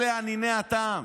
אלה אניני הטעם.